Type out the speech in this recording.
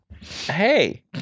Hey